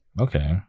okay